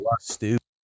Stupid